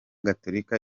gatolika